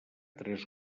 tres